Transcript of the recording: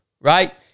right